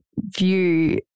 View